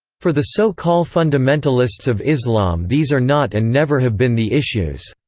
for the so call fundamentalists of islam these are not and never have been the issues.